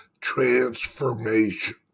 Transformation